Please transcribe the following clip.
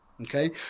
Okay